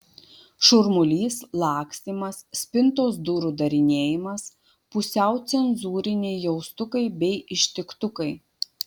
šurmulys lakstymas spintos durų darinėjimas pusiau cenzūriniai jaustukai bei ištiktukai